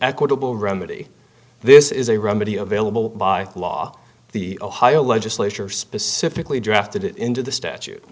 equitable remedy this is a remedy available by law the ohio legislature specifically drafted it into the statute